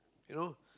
you know